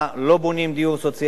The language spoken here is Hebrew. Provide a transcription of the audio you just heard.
לא בונות דיור סוציאלי.